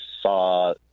saw